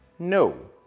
no,